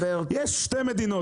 יש שתי מדינות,